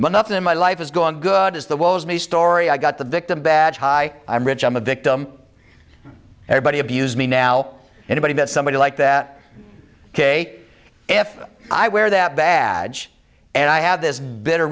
but nothing in my life is going good is the walls me story i got the victim badge high i'm rich i'm a victim everybody abuse me now anybody but somebody like that ok if i wear that badge and i have this bitter